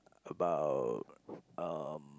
about um